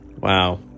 Wow